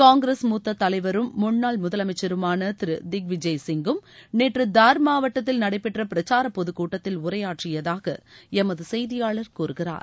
காங்கிரஸ் மூத்த தலைவருிம் முன்னாள் முதலமைச்சருமாள திரு திக் விஜயசிங்கும் நேற்று தார் மாவட்டத்தில் நடைபெற்ற பிரச்சார பொதுக்கூட்டத்தில் உரையாற்றியதாக எமது செய்தியாளர் கூறுகிறார்